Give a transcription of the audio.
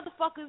motherfuckers